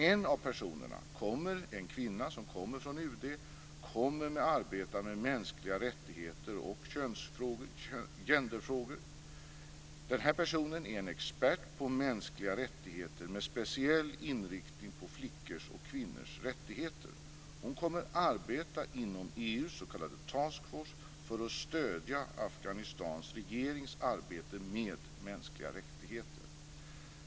En av personerna, en kvinna som kommer från UD, kommer att arbeta med mänskliga rättigheter och genderfrågor. Den här personen är expert på frågor om mänskliga rättigheter med speciell inriktning på flickors och kvinnors rättigheter. Hon kommer att arbeta inom EU:s s.k. Task Force för att stödja Afghanistans regerings arbete med mänskliga rättigheter.